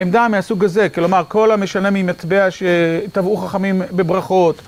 עמדה מהסוג הזה, כלומר, כל המשנה ממטבע שתבעו חכמים בברכות.